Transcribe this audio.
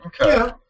Okay